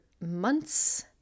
months